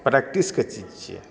प्रैक्टिसके चीज छियै